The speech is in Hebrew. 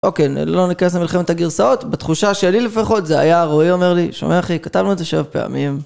אוקיי, לא ניכנס למלחמת הגרסאות, בתחושה שלי לפחות זה היה, רועי אומר לי, שומע אחי, כתבנו את זה שבע פעמים.